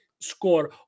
score